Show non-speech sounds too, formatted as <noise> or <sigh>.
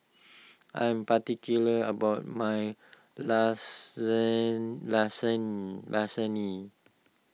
I'm particular about my <unintelligible> Lasagne